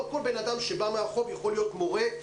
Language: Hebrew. לא כל אדם שבא מהרחוב יכול להיות מורה,